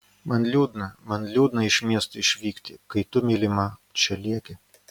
man liūdna man liūdna iš miesto išvykti kai tu mylima čia lieki